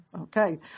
Okay